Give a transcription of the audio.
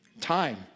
Time